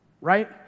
right